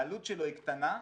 העלות שלו היא קטנה.,